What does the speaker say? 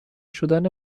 شدن